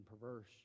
perverse